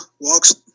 walks